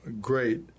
great